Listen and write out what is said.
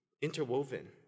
interwoven